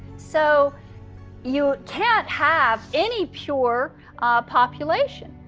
so you can't have any pure population.